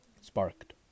Sparked